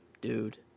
dude